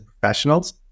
professionals